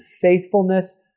faithfulness